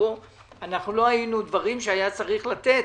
שבו דברים שהיה צריך לתת,